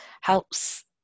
helps